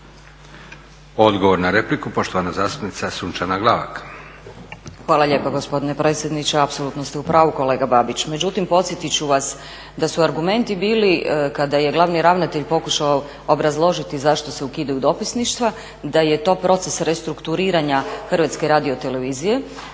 Odgovor na repliku, poštovana zastupnica Sunčana Glavak. **Glavak, Sunčana (HDZ)** Hvala lijepo gospodine predsjedniče. Apsolutno ste u pravu kolega Babić, međutim podsjetit ću vas da su argumenti bili kada je glavni ravnatelj pokušao obrazložiti zašto se ukidaju dopisništva da je to proces restrukturiranja HRT-a, da će se